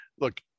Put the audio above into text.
look